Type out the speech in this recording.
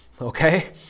Okay